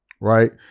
Right